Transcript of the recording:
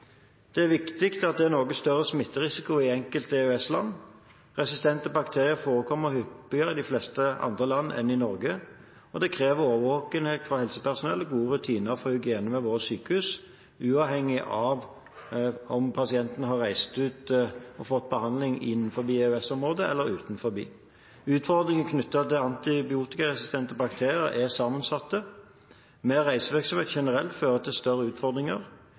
Det er riktig at det er noe større smitterisiko i enkelte EØS-land. Resistente bakterier forekommer hyppigere i de fleste andre land enn i Norge, og det krever årvåkenhet hos helsepersonell og gode rutiner for hygiene ved våre sykehus, uavhengig av om pasienten har reist ut og fått behandling innenfor EØS-området eller utenfor. Utfordringene knyttet til antibiotikaresistente bakterier er sammensatte. Mer reisevirksomhet generelt fører til større utfordringer.